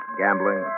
gambling